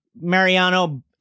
Mariano